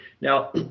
Now